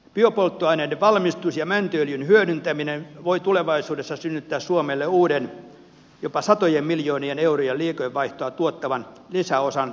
biopolttoaineiden valmistus ja mäntyöljyn hyödyntäminen voi tulevaisuudessa synnyttää suomelle uuden jopa satojen miljoonien eurojen liikevaihtoa tuottavan lisäosan cleantech klusteriin